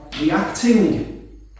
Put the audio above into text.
reacting